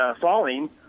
falling